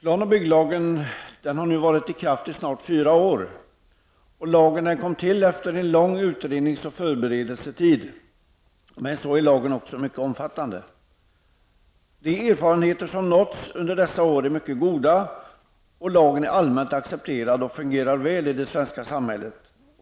Herr talman! Plan och bygglagen har nu varit i kraft i snart fyra år. Lagen kom till efter en lång utrednings och förberedelsetid. Men lagen är också mycket omfattande. De erfarenheter som nåtts under dessa år är mycket goda. Lagen är allmänt accepterad och fungerar väl i det svenska samhället.